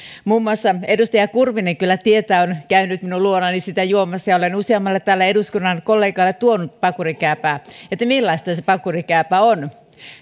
muun muassa edustaja kurvinen kyllä tietää on käynyt minun luonani sitä juomassa ja olen useammalle täällä eduskunnan kollegalleni tuonut pakurikääpää millaista se pakurikääpä on